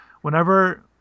whenever